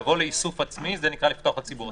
לבוא לאיסוף עצמי זה נקרא לפתוח לציבור.